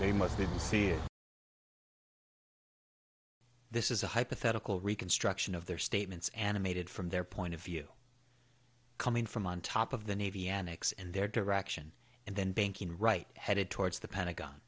they must if you see this is a hypothetical reconstruction of their statements animated from their point of view coming from on top of the navy annex and their direction and then banking right headed towards the pentagon